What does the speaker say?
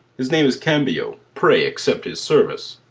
his name is cambio pray accept his service.